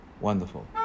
Wonderful